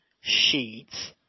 sheets